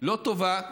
לא טובה,